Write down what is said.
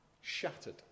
Shattered